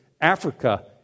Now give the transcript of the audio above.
Africa